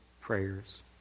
prayers